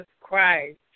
Christ